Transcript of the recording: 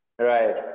Right